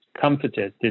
comforted